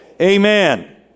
Amen